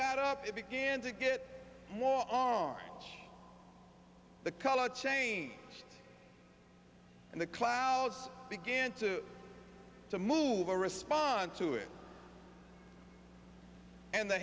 got up it began to get more on the color chain and the clouds began to to move to respond to it and the